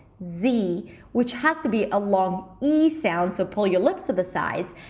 zi which has to be a long e sound. so pull your lips to the sides.